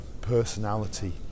personality